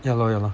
ya lor ya lor